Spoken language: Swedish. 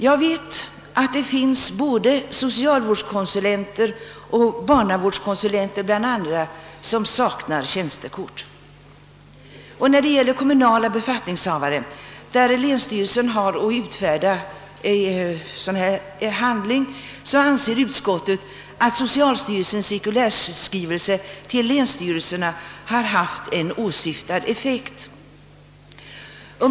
Jag vet att det finns både socialvårdskonsulenter och barnavårdskonsulenter som saknar tjänstekort. Beträffande kommunala befattningshavare, för vilka länsstyrelsen har att utfärda tjänstekort, anser utskottet att socialstyrelsens cirkulärskrivelse = till länsstyrelserna har haft åsyftad effekt.